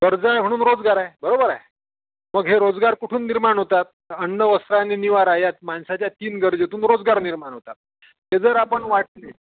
गरजा आहे म्हणून रोजगार आहे बरोबर आहे मग हे रोजगार कुठून निर्माण होतात अन्न वस्त्र आणि निवारा यात माणसाच्या तीन गरजेतून रोजगार निर्माण होतात ते जर आपण वाटले